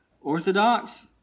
Orthodox